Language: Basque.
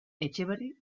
etxeberri